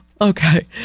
Okay